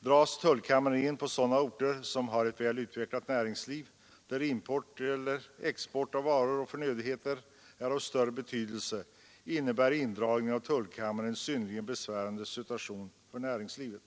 Dras tullkammaren in på sådana orter som har ett väl utvecklat näringsliv, där import och export av varor och förnödenheter är av större betydelse, medför detta en synnerligen besvärande situation för näringslivet.